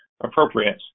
appropriate